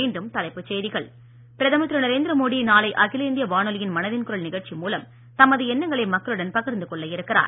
மீண்டும் தலைப்புச் செய்திகள் பிரதமர் திரு நரேந்திர மோடி நாளை அகில இந்திய வானொலியின் மனதின் குரல் நிகழ்ச்சி மூலம் தமது எண்ணங்களை மக்களுடன் பகிர்ந்து கொள்ள இருக்கிறார்